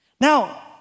Now